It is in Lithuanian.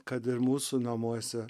kad ir mūsų namuose